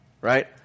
right